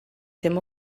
dim